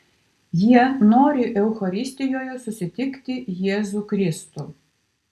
jie nori eucharistijoje susitikti jėzų kristų